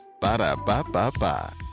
Ba-da-ba-ba-ba